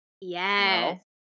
Yes